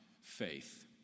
faith